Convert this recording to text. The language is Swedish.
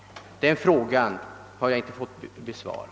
Den frågan har jag inte fått besvarad.